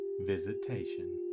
visitation